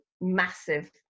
massive